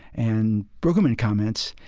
and brueggemann comments,